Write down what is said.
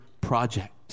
project